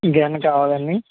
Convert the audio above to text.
ఇంకెవైన కావాలండి